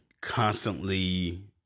constantly